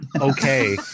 okay